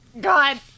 God